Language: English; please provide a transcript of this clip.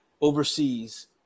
overseas